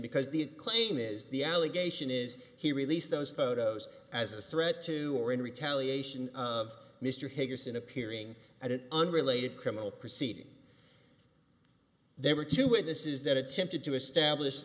because the claim is the allegation is he released those photos as a threat to our in retaliation of mr higginson appearing at an unrelated criminal proceeding there were two witnesses that attempted to establish